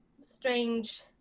strange